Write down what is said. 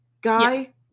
guy